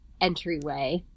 entryway